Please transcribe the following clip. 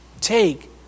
take